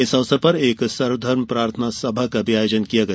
इस अवसर पर एक सर्वधर्म प्रार्थना सभा का भी आयोजन किया गया